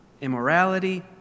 immorality